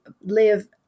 live